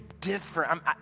different